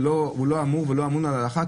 הוא לא אמון על ההלכה?